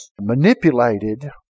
manipulated